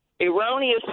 erroneous